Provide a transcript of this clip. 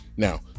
Now